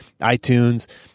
iTunes